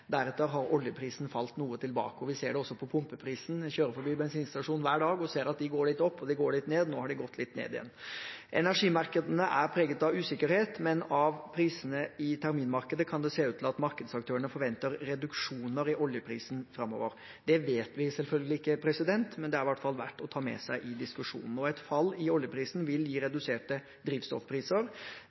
Deretter har oljeprisen falt noe tilbake. Vi ser det også på pumpeprisene. Jeg kjører forbi bensinstasjonen hver dag og ser at de går litt opp, og de går litt ned. Nå har de gått litt ned igjen. Energimarkedene er preget av usikkerhet, men av prisene i terminmarkedet kan det se ut til at markedsaktørene forventer reduksjoner i oljeprisen framover. Det vet vi selvfølgelig ikke, men det er i hvert fall verdt å ta med seg i diskusjonen. Et fall i oljeprisen vil gi reduserte drivstoffpriser.